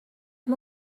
اما